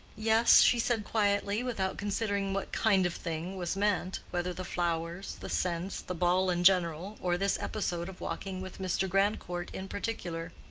yes, she said, quietly, without considering what kind of thing was meant whether the flowers, the scents, the ball in general, or this episode of walking with mr. grandcourt in particular.